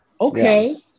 Okay